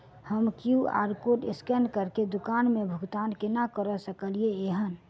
हम QR code scan करके दुकान मे भुगतान केना करऽ सकलिये एहन?